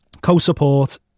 co-support